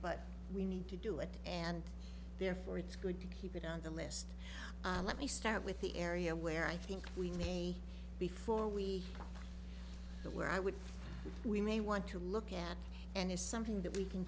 but we need to do it and therefore it's good to keep it on the list let me start with the area where i think we need a before we go to where i would we may want to look at and it's something that we can